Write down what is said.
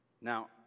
Now